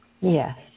Yes